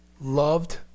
loved